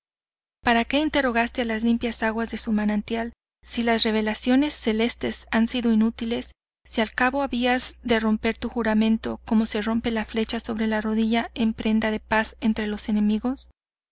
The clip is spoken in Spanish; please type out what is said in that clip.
para que interrogaste a las limpias aguas de su manantial si las revelaciones celestes han sido inútiles si al cabo habías de romper tu juramento como se rompe la flecha sobre la rodilla en prenda de paz entre los enemigos